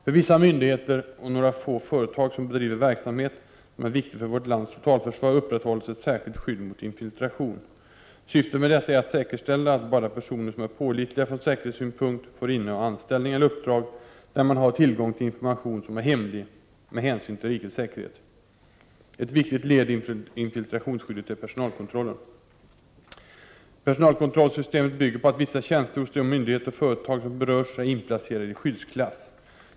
För vissa myndigheter och några få företag som bedriver verksamhet som är viktig för vårt lands totalförsvar upprätthålls ett särskilt skydd mot infiltration. Syftet med detta är att säkerställa att bara personer som är pålitliga från säkerhetssynpunkt får inneha anställning eller uppdrag där man har tillgång till information som är hemlig med hänsyn till rikets säkerhet. Ett viktigt led i infiltrationsskyddet är personalkontrollen. Personalkontrollsystemet bygger på att vissa tjänster hos myndigheter och företag som berörs är inplacerade i skyddsklass.